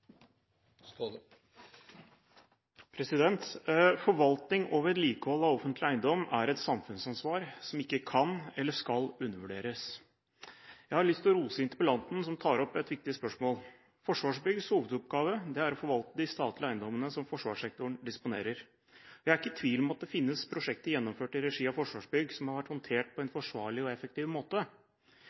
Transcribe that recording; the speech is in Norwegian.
et samfunnsansvar som ikke kan eller skal undervurderes. Jeg har lyst til å rose interpellanten, som tar opp et viktig spørsmål. Forsvarsbyggs hovedoppgave er å forvalte de statlige eiendommene som forsvarssektoren disponerer. Jeg er ikke i tvil om at det finnes prosjekter gjennomført i regi av Forsvarsbygg som har vært håndtert på en forsvarlig og effektiv måte,